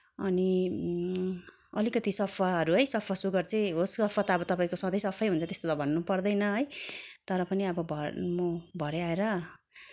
अनि अलिकति सफाहरू है सफा सुग्घर चाहिँ होस् सफा त अब तपाईँको सधैँ सफै हुन्छ त्यस्तो त भन्नु पर्दैन है तर पनि अब भर म भरै आएर